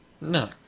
No